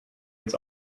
its